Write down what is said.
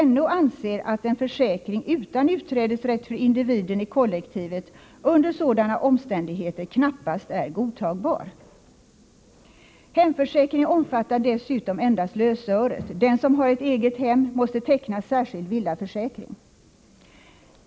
NO anser att en försäkring utan utträdesrätt för individen i kollektivet under sådana omständigheter knappast är godtagbar. Hemförsäkringen omfattar dessutom endast lösöret. Den som har ett eget hem måste teckna särskild villaförsäkring.